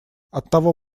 оттого